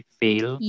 fail